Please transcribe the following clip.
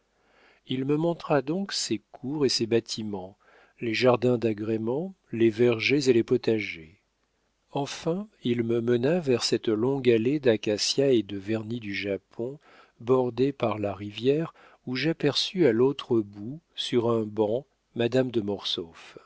il me montra donc ses cours et ses bâtiments les jardins d'agrément les vergers et les potagers enfin il me mena vers cette longue allée d'acacias et de vernis du japon bordée par la rivière où j'aperçus à l'autre bout sur un banc madame de